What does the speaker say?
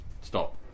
stop